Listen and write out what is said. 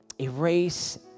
Erase